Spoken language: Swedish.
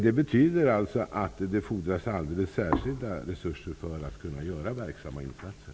Det betyder alltså att det fordras alldeles särskilda resurser för att kunna göra verksamma insatser.